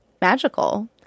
magical